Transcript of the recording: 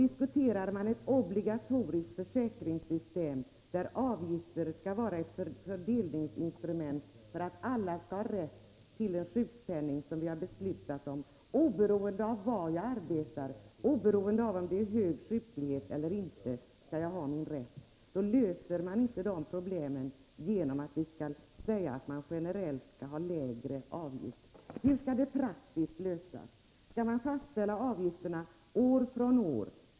Diskuterar man ett obligatoriskt försäkringssystem, där avgifter skall vara ett fördelningsinstrument och där alla skall ha rätt till den sjukpenning som vi har beslutat om — oberoende av var vederbörande arbetar och oberoende av om det är stor sjuklighet — löses inte problemen genom en generellt lägre avgift. Hur skall det praktiskt lösas? Skall man fastställa avgifterna år från år?